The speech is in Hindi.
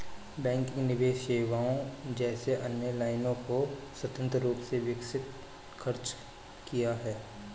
बैंकिंग निवेश सेवाओं जैसी अन्य लाइनों को स्वतंत्र रूप से विकसित खर्च किया है